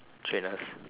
traders